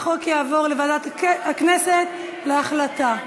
החוק יעבור לוועדת הכנסת להחלטה.